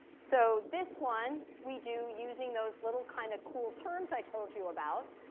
so this one we do using those little kind of cool terms i told you about.